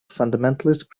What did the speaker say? fundamentalist